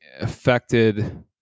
affected